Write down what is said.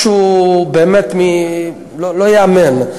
משהו באמת לא ייאמן.